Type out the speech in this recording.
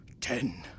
Ten